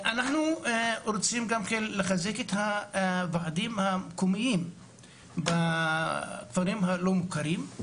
אנחנו רוצים גם לחזק את הוועדים המקומיים בכפרים הלא מוכרים.